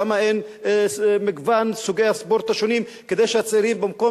למה אין מגוון סוגי הספורט השונים כדי שהצעירים במקום